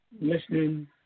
listening